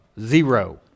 Zero